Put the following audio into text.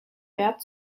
wert